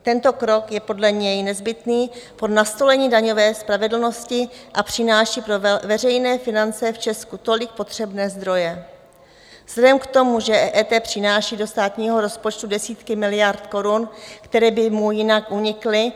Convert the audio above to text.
Tento krok je podle něj nezbytný pro nastolení daňové spravedlnosti a přináší pro veřejné finance v Česku tolik potřebné zdroje vzhledem k tomu, že EET přináší do státního rozpočtu desítky miliard korun, které by mu jinak unikly.